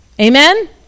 Amen